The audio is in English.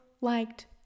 liked